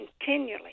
continually